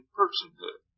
personhood